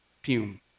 fume